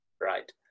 right